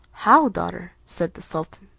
how, daughter! said the sultan,